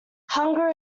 hunger